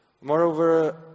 Moreover